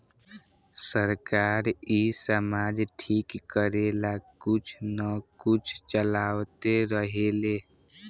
सरकार इ समाज ठीक करेला कुछ न कुछ चलावते रहेले